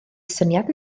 syniad